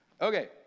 Okay